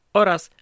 oraz